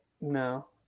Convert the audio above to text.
No